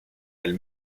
elle